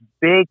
big